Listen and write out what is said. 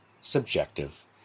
subjective